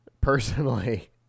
personally